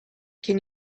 can